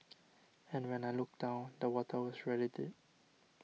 and when I looked down the water was really deep